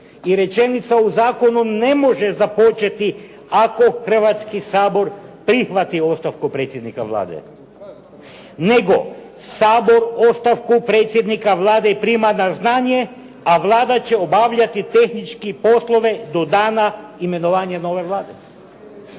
i rečenica u zakonu ne može započeti "Ako Hrvatski sabor prihvati ostavku predsjednika Vlade", nego "Sabor ostavku predsjednika prima na znanje, a Vlada će obavljati tehnički poslove do dana imenovanja nove Vlade".